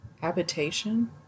Habitation